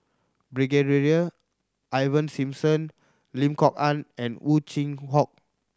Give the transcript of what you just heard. Ivan Simson Lim Kok Ann and Ow Chin Hock